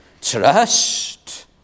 Trust